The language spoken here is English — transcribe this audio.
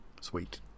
Sweet